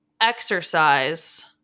exercise